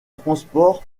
transport